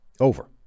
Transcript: Over